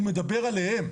הוא מדבר עליהם.